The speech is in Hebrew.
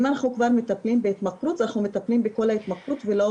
אם אנחנו מטפלים בהתמכרות אנחנו מטפלים בכולה ולא